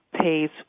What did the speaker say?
pays